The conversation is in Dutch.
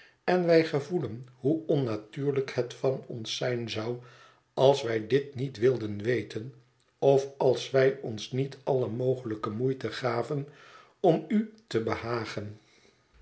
en wij gevoelen hoe onnatuurlijk het van ons zijn zou als wij dit niet wilden weten of als wij ons niet alle mogelijke moeite gaven om u te behagen